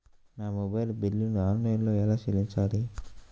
నా మొబైల్ బిల్లును ఆన్లైన్లో ఎలా చెల్లించాలి?